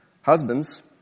Husbands